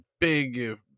big